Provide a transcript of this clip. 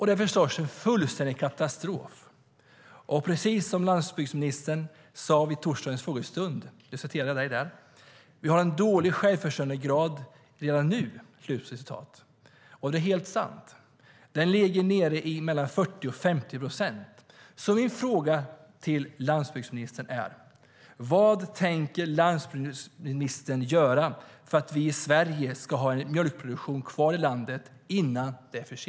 Det är förstås en fullständig katastrof. Det är precis som landsbygdsministern sade under torsdagens frågestund: Vi har en dålig självförsörjandegrad redan nu. Det är helt sant. Den ligger på mellan 40 och 50 procent. Min fråga till landsbygdsministern är: Vad tänker landsbygdsministern göra, innan det är för sent, för att vi ska ha kvar en mjölkproduktion i Sverige?